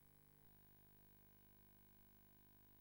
ככה